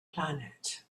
planet